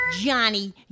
Johnny